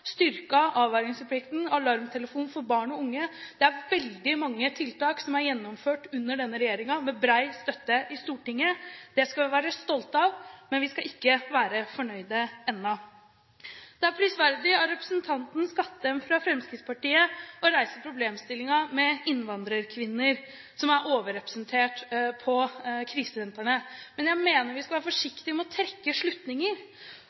vi har alarmtelefon for barn og unge. Det er veldig mange tiltak som er gjennomført under denne regjeringen med bred støtte i Stortinget. Det skal vi være stolte av, men vi skal ikke være fornøyde ennå. Det er prisverdig av representanten Rui Skattem fra Fremskrittspartiet å reise problemstillingen med innvandrerkvinner, som er overrepresentert på krisesentrene. Men jeg mener vi skal være forsiktig med å trekke slutninger